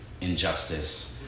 injustice